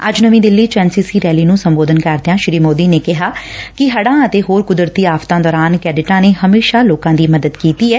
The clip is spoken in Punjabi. ਅੱਜ ਨਵੀ ਦਿੱਲੀ ਚ ਐਨ ਸੀ ਸੀ ਰੈਲੀ ਨੂੰ ਸੰਬੋਧਨ ਕਰਦਿਆਂ ਸ੍ਰੀ ਮੋਦੀ ਨੇ ਕਿਹਾ ਕਿ ਹੜਾ ਅਤੇ ਹੋਰ ਕੁਦਰਤੀ ਆਫ਼ਤਾ ਦੌਰਾਨ ਕੈਡਿਟਾ ਨੇ ਹਮੇਸ਼ਾ ਲੋਕਾ ਦੀ ਮਦਦ ਕੀਤੀ ਐ